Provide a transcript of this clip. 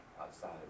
outside